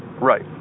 right